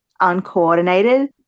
uncoordinated